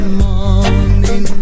morning